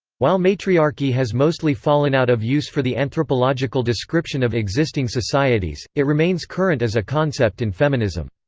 while matriarchy has mostly fallen out of use for the anthropological description of existing societies, it remains current as a concept in feminism.